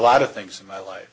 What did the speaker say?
lot of things in my life